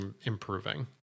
improving